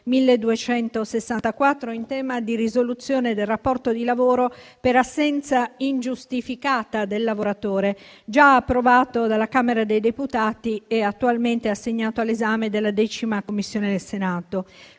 1264, in tema di risoluzione del rapporto di lavoro per assenza ingiustificata del lavoratore, già approvato dalla Camera dei deputati e attualmente assegnato all'esame della 10a Commissione del Senato.